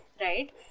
right